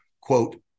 quote